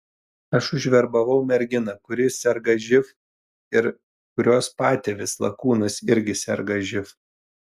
aš užverbavau merginą kuri serga živ ir kurios patėvis lakūnas irgi serga živ